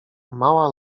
mała